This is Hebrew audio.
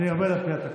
אני עובד על פי התקנון.